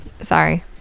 Sorry